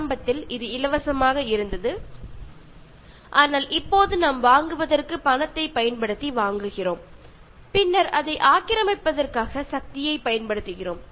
ஆரம்பத்தில் இது இலவசமாக இருந்தது ஆனால் இப்போது நாம் வாங்குவதற்கு பணத்தைப் பயன்படுத்தி வாங்குகிறோம் பின்னர் அதை ஆக்கிரமிப்பதற்காக சக்தியைப் பயன்படுத்துகிறோம்